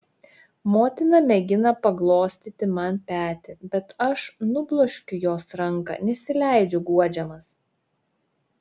motina mėgina paglostyti man petį bet aš nubloškiu jos ranką nesileidžiu guodžiamas